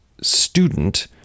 student